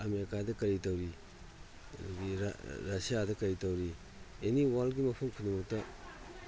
ꯑꯃꯦꯔꯤꯀꯥꯗ ꯀꯔꯤ ꯇꯧꯔꯤ ꯑꯗꯒꯤ ꯔꯁꯤꯌꯥꯗ ꯀꯔꯤ ꯇꯧꯔꯤ ꯑꯦꯅꯤ ꯋꯥꯔꯜꯒꯤ ꯃꯐꯝ ꯈꯨꯗꯤꯡꯃꯛꯇ